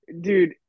dude